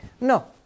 No